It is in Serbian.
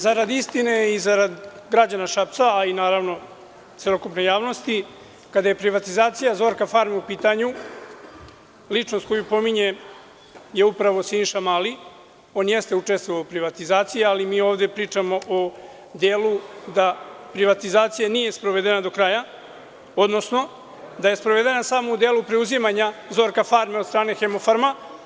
Zarad istine i zarad građana Šapca, a naravno i celokupne javnosti, kada je privatizacija „Zorka-farme“ u pitanju, ličnost koju pominje je upravo Siniša Mali i on jeste učestvovao u privatizaciji, ali mi ovde pričamo o delu da privatizacija nije sprovedena do kraja, odnosno da je sprovedena samo u delu preuzimanja „Zorka-farme“ od strane „Hemofarma“